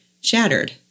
shattered